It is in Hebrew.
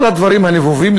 כל הדברים הנבובים,